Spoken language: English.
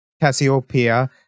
Cassiopeia